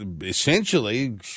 essentially